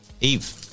Eve